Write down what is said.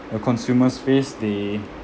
the consumers face they